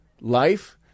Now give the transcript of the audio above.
life